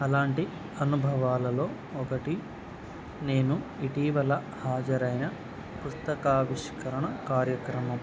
అలాంటి అనుభవాలలో ఒకటి నేను ఇటీవల హాజరైన పుస్తకావిష్కరణ కార్యక్రమం